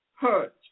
hurt